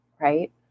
right